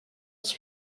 das